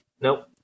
Nope